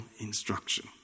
instruction